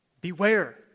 Beware